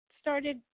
started